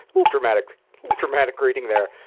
little dramatic dramatic reading there.